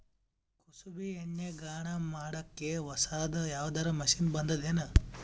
ಕುಸುಬಿ ಎಣ್ಣೆ ಗಾಣಾ ಮಾಡಕ್ಕೆ ಹೊಸಾದ ಯಾವುದರ ಮಷಿನ್ ಬಂದದೆನು?